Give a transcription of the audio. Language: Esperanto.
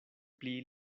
pli